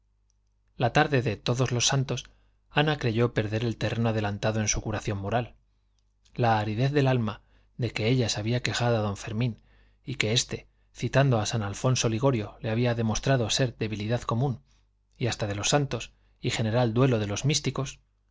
la tarde de todos los santos ana creyó perder el terreno adelantado en su curación moral la aridez del alma de que ella se había quejado a d fermín y que este citando a san alfonso ligorio le había demostrado ser debilidad común y hasta de los santos y general duelo de los místicos